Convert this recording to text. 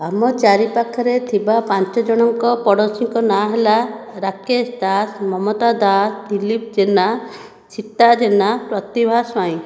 ଆମ ଚାରି ପାଖରେ ଥିବା ପାଞ୍ଚ ଜଣଙ୍କ ପଡ଼ୋଶୀଙ୍କ ନାଁ ହେଲା ରାକେଶ ଦାସ ମମତା ଦାସ ଦିଲ୍ଲୀପ ଜେନା ଛିଟା ଜେନା ପ୍ରତିଭା ସ୍ୱାଇଁ